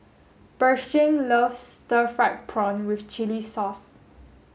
Pershing loves stir fried prawn with chili sauce